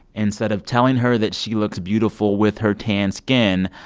instead of telling her that she looks beautiful with her tanned skin,